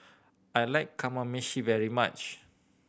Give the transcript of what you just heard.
I like Kamameshi very much